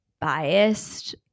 biased